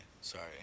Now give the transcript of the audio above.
sorry